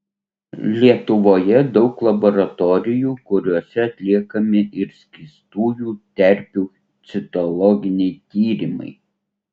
lietuvoje daug laboratorijų kuriose atliekami ir skystųjų terpių citologiniai tyrimai